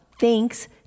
thanks